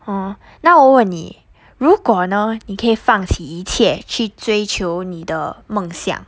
hor 那我问你如果呢你可以放弃一切去追求你的梦想